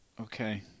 okay